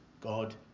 God